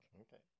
Okay